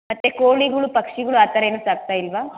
ಮತ್ತೆ ಕೋಳಿಗಳು ಪಕ್ಷಿಗಳು ಆ ಥರ ಏನು ಸಾಕ್ತಾ ಇಲ್ಲವಾ